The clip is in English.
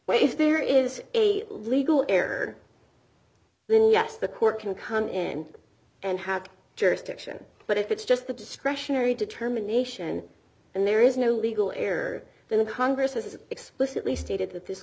well if there is a legal error then yes the court can come in and have jurisdiction but if it's just the discretionary determination and there is no legal error then the congress has explicitly stated that this